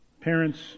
Parents